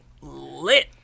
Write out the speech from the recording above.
lit